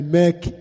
make